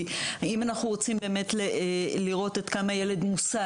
אם אנחנו רוצים לראות עד כמה ילד מוסת